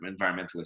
environmentalist